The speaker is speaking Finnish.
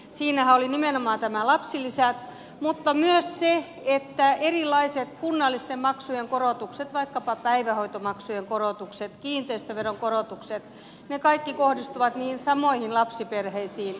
siinähän oli nimenomaan nämä lapsilisät mutta myös se että erilaiset kunnallisten maksujen korotukset vaikkapa päivähoitomaksujen korotukset kiinteistöveron korotukset ne kaikki kohdistuvat niihin samoihin lapsiperheisiin